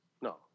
no